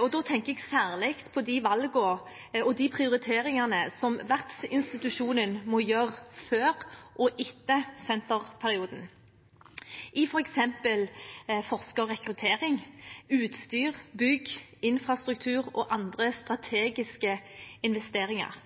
og da tenker jeg særlig på de valgene og de prioriteringene som vertsinstitusjonen må gjøre før og etter senterperioden, i f.eks. forskerrekruttering, utstyr, bygg, infrastruktur og andre strategiske investeringer.